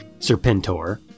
serpentor